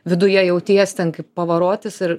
viduje jauties ten kaip pavarotis ir